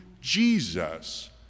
Jesus